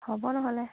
হ'ব নহ'লে